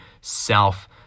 self